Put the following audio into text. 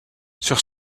sur